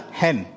hen